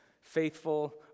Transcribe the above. faithful